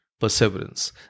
perseverance